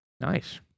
Nice